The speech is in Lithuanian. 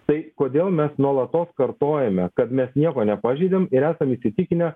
tai kodėl mes nuolatos kartojame kad mes nieko nepažeidėm ir esam įsitikinę